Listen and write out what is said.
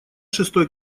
шестой